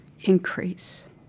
increase